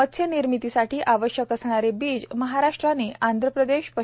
मत्स्यनिर्मितीसाठी आवश्यक असणारे बीज महाराष्ट्राने आंधप्रदेश प